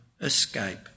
escape